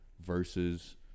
versus